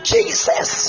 Jesus